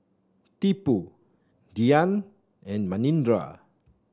Tipu Dhyan and Manindra